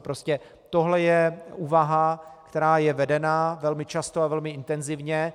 Prostě tohle je úvaha, která je vedena velmi často a velmi intenzivně.